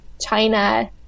China